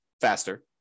faster